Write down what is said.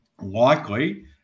likely